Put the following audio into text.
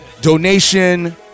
Donation